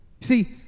See